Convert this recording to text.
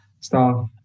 staff